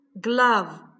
glove